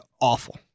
awful